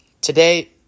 today